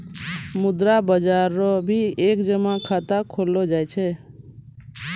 मुद्रा बाजार रो भी एक जमा खाता खोललो जाय छै